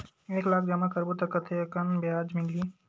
एक लाख जमा करबो त कतेकन ब्याज मिलही?